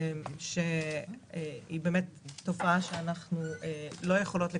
זאת תופעה שאנחנו לא יכולות לקבל,